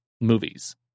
movies